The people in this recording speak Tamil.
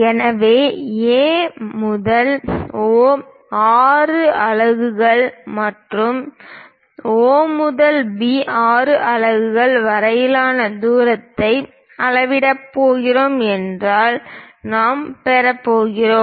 ஆகவே A முதல் O 6 அலகுகள் மற்றும் O முதல் B 6 அலகுகள் வரையிலான தூரத்தை அளவிடப் போகிறோம் என்றால் நாம் பெறப்போகிறோம்